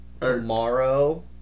tomorrow